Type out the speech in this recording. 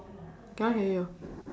cannot hear you